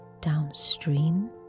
downstream